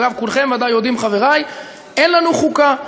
כולכם ודאי יודעים, חברי, שאין לנו חוקה,